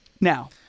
Now